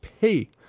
pay